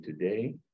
today